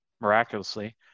miraculously